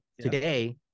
Today